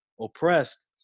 oppressed